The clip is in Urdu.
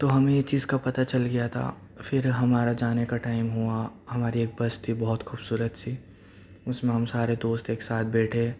تو ہمیں یہ چیز کا پتہ چل گیا تھا پھر ہمارا جانے کا ٹائم ہوا ہماری ایک بس تھی بہت خوبصورت سی اس میں ہم سارے دوست ایک ساتھ بیٹھے